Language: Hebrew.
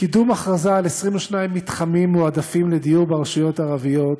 1. קידום הכרזה על 22 מתחמים מועדפים לדיור ברשויות ערביות,